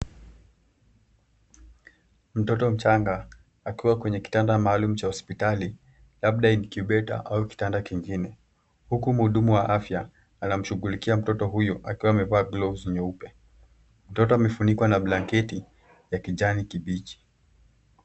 Mtoto mchanga akiwa kwenye kitanda maalum cha hospitali, labda incubator au kitanda kingine huku mhudumu wa afya anamshughulikia mtoto huyu akiwa amevaa gloves nyeupe. Mtoto amefunikwa na blanketi ya kijani kibichi.